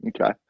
Okay